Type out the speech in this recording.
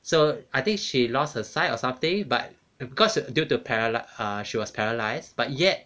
so I think she lost her sight or something because due to paralyse uh she was paralysed but yet